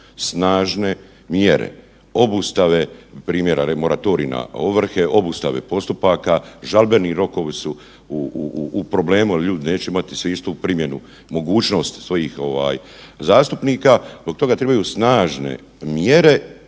snažne mjere. Obustave primjera moratorij na ovrhe, obustave postupaka, žalbeni rokovi su u problemu jer ljudi neće imati svi istu primjenu mogućnost svojih zastupnika zbog toga trebaju snažne mjere,